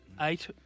Eight